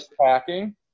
packing